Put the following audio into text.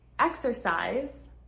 exercise